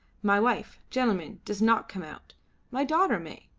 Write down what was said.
my wife, gentlemen, does not come out my daughter may.